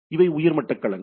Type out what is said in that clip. எனவே இவை உயர்மட்ட களங்கள்